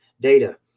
data